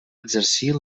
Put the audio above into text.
exercir